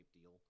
deal